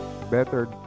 better